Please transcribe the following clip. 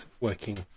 working